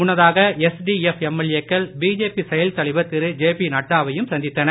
முன்னதாக SDF MLA க்கள் BJP செயல் தலைவர் திரு ஜேபி நட்டாவையும் சந்தித்தனர்